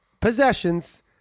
possessions